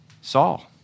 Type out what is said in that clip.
Saul